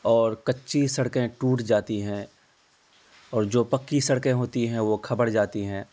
اور کچی سڑکیں ٹوٹ جاتی ہیں اور جو پکی سڑکیں ہوتی ہیں وہ کھبڑ جاتی ہیں